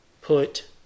put